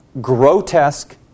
grotesque